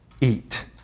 Eat